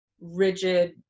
rigid